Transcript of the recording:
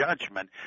judgment